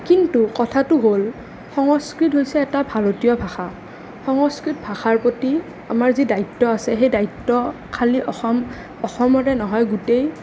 কিন্তু কথাটো হ'ল সংস্কৃত হৈছে এটা ভাৰতীয় ভাষা সংস্কৃত ভাষাৰ প্ৰতি আমাৰ যি দায়িত্ব আছে সেই দায়িত্ব খালি অসম অসমৰে নহয় গোটেই